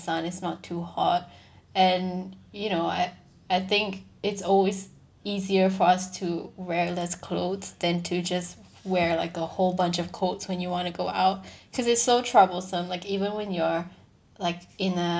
sun it's not too hot and you know I I think it's always easier for us to wear less clothes than to just wear like a whole bunch of clothes when you want to go out cause it's so troublesome like even when you're like in a